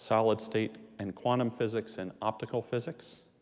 solid state and quantum physics, and optical physics.